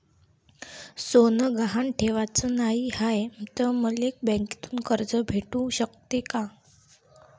सोनं गहान ठेवाच नाही हाय, त मले बँकेतून कर्ज भेटू शकते का?